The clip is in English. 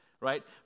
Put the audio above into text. Right